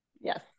yes